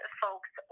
folks